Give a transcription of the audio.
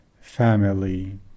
family